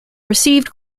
received